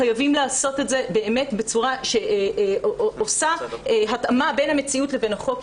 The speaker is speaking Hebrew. חייבים לעשות את זה באמת בצורה שעושה התאמה בין המציאות לבין החוק.